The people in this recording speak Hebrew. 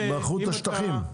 מכרו את השטחים.